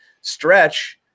stretch